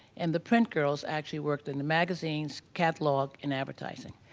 and the print girls actually worked in the magazines, catalog, and advertising.